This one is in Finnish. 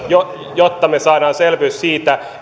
jotta me saamme selvyyden siitä